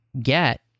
get